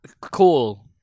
cool